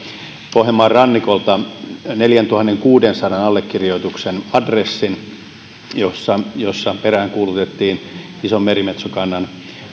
pohjanmaan rannikolta neljäntuhannenkuudensadan allekirjoituksen adressin jossa peräänkuulutettiin ison merimetsokannan